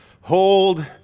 hold